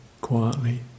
quietly